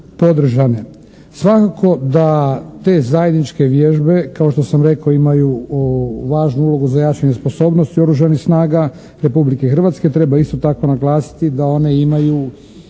podržane. Svakako da te zajedničke vježbe kao što sam rekao imaju važnu ulogu za jačanje sposobnosti Oružanih snaga Republike Hrvatske. Treba isto tako naglasiti da one imaju